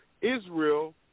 Israel